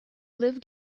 lived